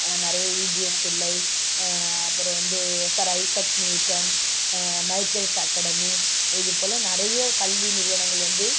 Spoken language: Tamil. நிறைய இஜிஎஸ் பிள்ளை அப்புறம் வந்து sir Isaac Newton Michael's academy இது போல் நிறைய கல்வி நிறுவனங்கள் வந்து